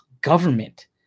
government